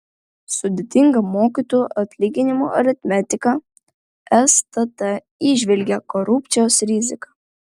sudėtinga mokytojų atlyginimų aritmetika stt įžvelgia korupcijos riziką